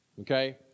okay